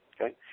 okay